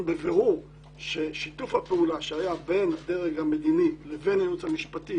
בבירור שיתוף הפעולה שהיה בין הדרג המדיני לבין הייעוץ המשפטי,